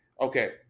okay